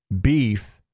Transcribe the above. beef